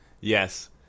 yes